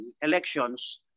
elections